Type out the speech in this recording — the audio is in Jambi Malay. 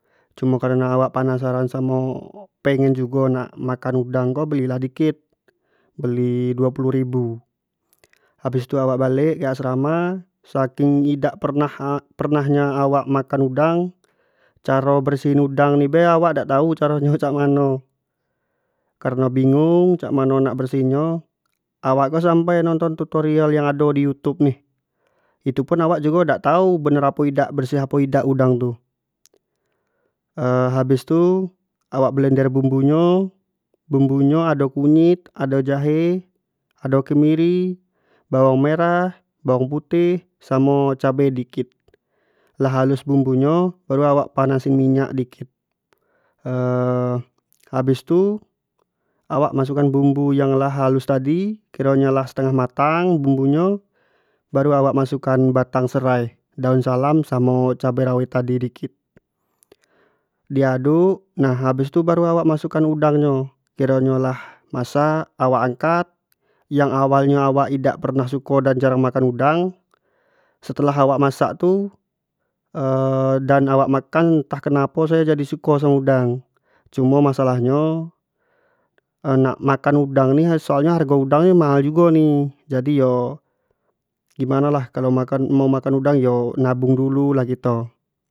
Cuma kareno awak penasaran samo pengen jugo makan udang ko beli lah dikit beli duo puluh ribu habis tu awak balek ke asrama, saking dak pernah-dak pernah nyo awak makan udang caro bersihin udang ni bae awak dak tau caro nyo cak mano, kareno bingung cak mano nak bersihin nyo awak ko sampai nonton tutorial yang ado di youtube nih, itu pun awak jugo dak tau benar apo idak, bersih apo idak udang tu habis tu awak blender bumbu nyo, bumbunyo ado kunyit, ado jahe, ado kemiri, bawang merah, bawang putih, samo cabe dikit, lah halus bumbu nyo baru awak panasin minyak dikit habis tu awak masuk kan bumbu yang lah halus tadi, kiro nyo lah setengah atang bumbu nyo baru awak masuk kan batang serai daun salam samo cabe rawit tadi dikit di aduk nah habis tu baru awak masuk kan udang nyo, kiro nyo lah masak awak angkat yang wal nyo awak dak pernah suko dan jarang makan udang setelah awak masak tu dan awak makan entah kenapo awak jadi suko makan udang, cuma masalah nyo nak makan udang ni soal nyo hargo udang ni mahal jugo ni di mano lah kalau nak makan udang ni nabung dulu.